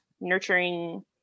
nurturing